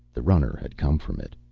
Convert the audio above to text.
the runner had come from it.